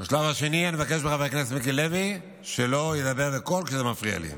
בשלב השני אני מבקש מחבר הכנסת מיקי לוי שלא ידבר בקול כי זה מפריע לי.